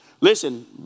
Listen